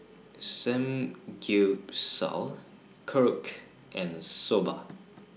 Samgyeopsal Korokke and Soba